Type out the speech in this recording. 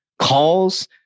calls